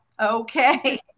okay